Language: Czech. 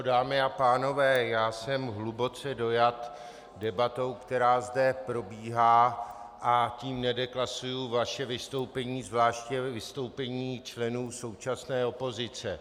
Dámy a pánové, já jsem hluboce dojat debatou, která zde probíhá, a tím nedeklasuji vaše vystoupení, zvláště vystoupení členů současné opozice.